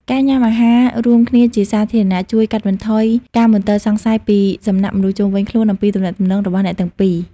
ការញ៉ាំអាហាររួមគ្នាជាសាធារណៈ ជួយកាត់បន្ថយការមន្ទិលសង្ស័យពីសំណាក់មនុស្សជុំវិញខ្លួនអំពីទំនាក់ទំនងរបស់អ្នកទាំងពីរ។